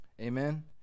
Amen